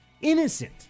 innocent